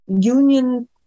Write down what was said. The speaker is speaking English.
union